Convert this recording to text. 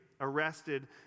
arrested